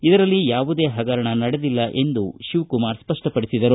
ಇದರಲ್ಲಿ ಯಾವುದೇ ಹಗರಣ ನಡೆದಿಲ್ಲ ಎಂದು ಸ್ಪಪ್ಪಪಡಿಸಿದರು